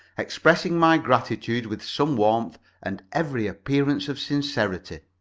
expressing my gratitude with some warmth and every appearance of sincerity.